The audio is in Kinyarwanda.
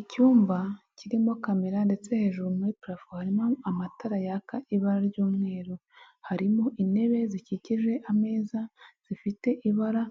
Icyumba kirimo kamera ndetse hejuru muri parafo harimo amatara yaka ibara ry'umweru. Harimo intebe zikikije ameza zifite ibara